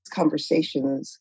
conversations